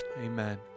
Amen